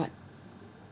but